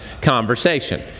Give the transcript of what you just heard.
conversation